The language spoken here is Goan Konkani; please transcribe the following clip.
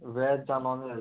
वॅज या नॉन वॅज